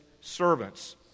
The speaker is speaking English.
servants